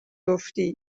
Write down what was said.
افتی